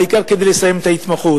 העיקר כדי לסיים את ההתמחות.